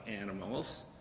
animals